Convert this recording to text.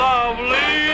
Lovely